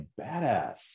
badass